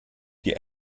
die